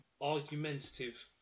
argumentative